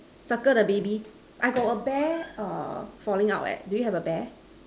circle the baby I got a bear err falling out eh do you have a bear